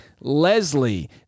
Leslie